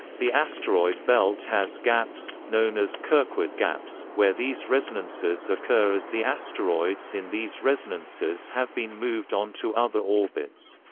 the asteroid belt has gaps, known as kirkwood gaps, where these resonances occur as the asteroids in these resonances have been moved onto other orbits.